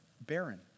barren